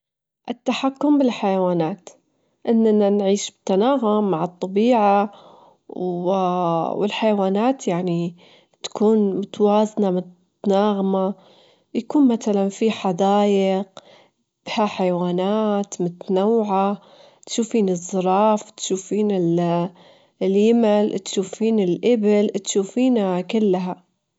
أكلتي- أكلتي المفضلة إهي الكبسة، عشان أول شي أسويها، أحمر الأرز ويا الدجاج، بعدين أضيف لها البهارات، واخليهم يتشربون النكهات ويا بعض، في النهاية أضيف لها الماء واتركها.